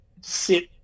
sit